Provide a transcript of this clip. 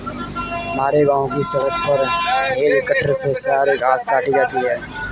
हमारे गांव की सड़क पर हेज कटर ने सारे घास काट दिए हैं